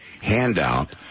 handout